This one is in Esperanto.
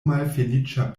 malfeliĉa